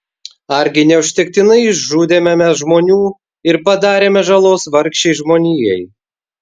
argi neužtektinai išžudėme mes žmonių ir padarėme žalos vargšei žmonijai